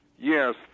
Yes